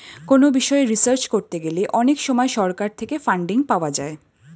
কোনো বিষয়ে রিসার্চ করতে গেলে অনেক সময় সরকার থেকে ফান্ডিং পাওয়া যায়